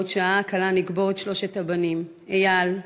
בעוד שעה קלה נקבור את שלושת הבנים איל,